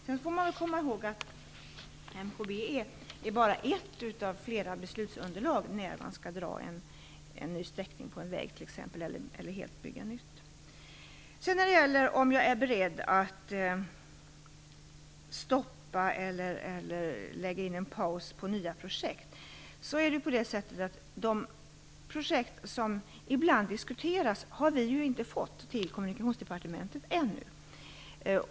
Sedan får man komma ihåg att MKB:n är bara ett av flera beslutsunderlag när man skall t.ex. dra en ny sträckning på en väg eller helt bygga nytt. När det gäller om jag är beredd att stoppa eller lägga in en paus i nya projekt är det så att vi ibland inte har fått in de projekt som diskuteras till Kommunikationsdepartementet ännu.